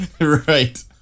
right